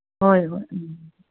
ꯍꯣꯏ ꯍꯣꯏ ꯎꯝ